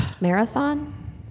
marathon